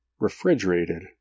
refrigerated